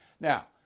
Now